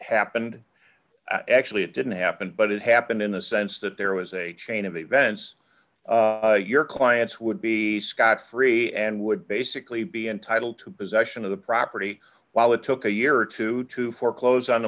happened actually it didn't happen but it happened in a sense that there was a chain of events your clients would be scot free and would basically be entitled to possession of the property while it took a year or two to foreclose on the